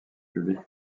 publiques